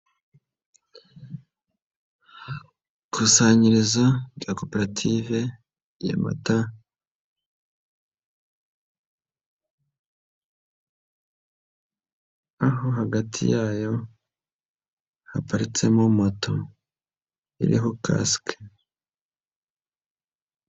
Ikusanyizo rya koperative y'amata aho hagati yayo haparitsemo moto iriho kasike.